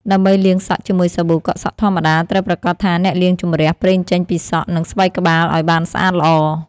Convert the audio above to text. ដើម្បីលាងសក់ជាមួយសាប៊ូកក់សក់ធម្មតា ត្រូវប្រាកដថាអ្នកលាងជម្រះប្រេងចេញពីសក់ និងស្បែកក្បាលឱ្យបានស្អាតល្អ។